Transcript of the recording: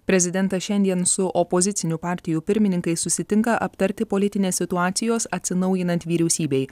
prezidentas šiandien su opozicinių partijų pirmininkais susitinka aptarti politinės situacijos atsinaujinant vyriausybei